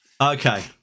Okay